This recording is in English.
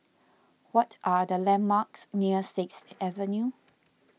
what are the landmarks near Sixth Avenue